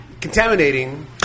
contaminating